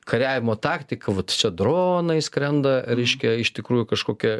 kariavimo taktiką vat čia dronai skrenda reiškia iš tikrųjų kažkokie